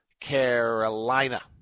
Carolina